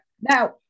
now